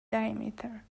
diameter